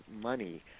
money